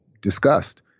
discussed